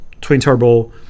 twin-turbo